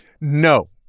No